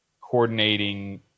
coordinating